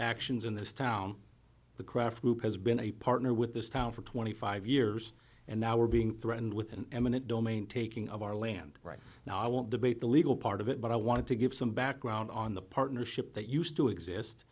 actions in this town the craft group has been a partner with this town for twenty five years and now we're being threatened with an eminent domain taking of our land right now i won't debate the legal part of it but i wanted to give some background on the partnership that used to exist